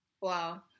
Wow